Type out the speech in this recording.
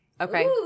Okay